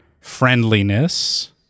friendliness